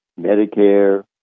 Medicare